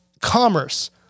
commerce